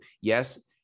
Yes